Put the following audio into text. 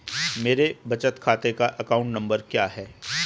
मेरे बचत खाते का अकाउंट नंबर क्या है?